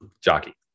Jockey